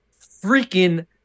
freaking